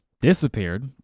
disappeared